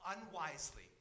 unwisely